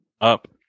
up